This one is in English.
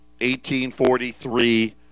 1843